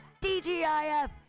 DGIF